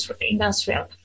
industrial